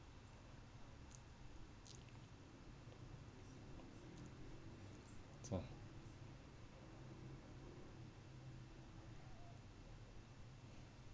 so